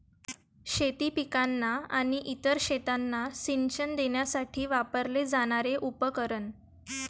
शेती पिकांना आणि इतर शेतांना सिंचन देण्यासाठी वापरले जाणारे उपकरण